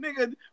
Nigga